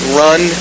run